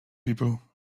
people